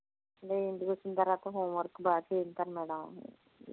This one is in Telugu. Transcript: అదే ఇంటికొచ్చిన తర్వాత హోమ్ వర్క్ బాగా చేయిస్తాను మేడం